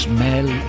Smell